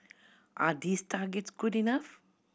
are these targets good enough